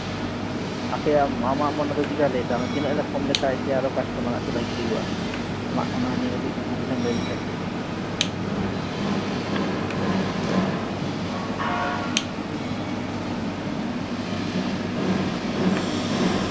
ᱟᱯᱮᱭᱟᱜ ᱟᱢᱟᱜ ᱢᱚᱱᱮ ᱫᱚ ᱪᱮᱫᱞᱮᱠᱟᱭ ᱞᱟᱹᱭᱫᱟ ᱡᱮ ᱛᱤᱱᱟᱹᱜ ᱞᱮ ᱠᱷᱚᱢ ᱞᱮᱠᱷᱟᱡ ᱥᱮ ᱟᱨᱚ ᱠᱟᱥᱴᱚᱢᱟᱨᱟᱜ ᱥᱮ ᱵᱷᱟᱜᱤ ᱦᱩᱭᱩᱜᱼᱟ ᱟᱢᱟᱜ ᱚᱱᱟ ᱱᱤᱭᱮ ᱠᱟᱴᱤᱡ ᱫᱤᱥ ᱦᱩᱫᱤᱥᱮᱢ ᱞᱟᱹᱭ ᱞᱮᱠᱷᱟᱡ